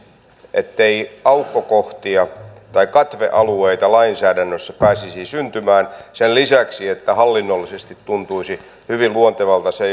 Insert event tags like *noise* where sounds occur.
ettei aukkokohtia tai katvealueita lainsäädännössä pääsisi syntymään sen lisäksi että hallinnollisesti tuntuisi hyvin luontevalta se *unintelligible*